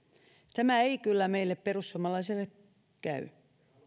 tämä ei kyllä meille perussuomalaisille käy